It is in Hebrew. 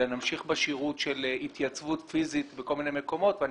אלא נמשיך בשירות של התייצבות פיזית בכל מיני מקומות ואני